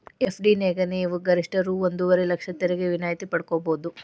FD ನ್ಯಾಗ ನೇವು ಗರಿಷ್ಠ ರೂ ಒಂದುವರೆ ಲಕ್ಷ ತೆರಿಗೆ ವಿನಾಯಿತಿ ಪಡ್ಕೊಬಹುದು